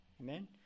Amen